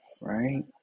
right